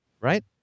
Right